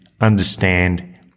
understand